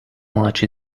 much